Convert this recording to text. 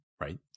right